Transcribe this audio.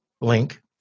link